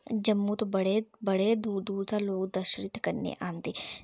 जम्मू तू बड़े बड़े दूर दूर दा लोक दर्शन इत्थै करन आंदे